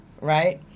Right